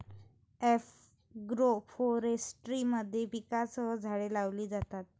agroforestry मध्ये पिकांसह झाडे लावली जातात